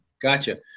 Gotcha